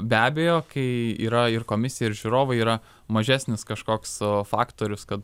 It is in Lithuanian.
be abejo kai yra ir komisija ir žiūrovai yra mažesnis kažkoks faktorius kad